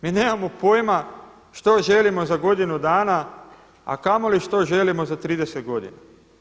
Mi nemamo pojma što želimo za godinu dana a kamoli što želimo za 30 godina.